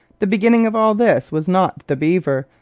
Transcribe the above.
the beginning of all this was not the beaver,